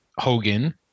Hogan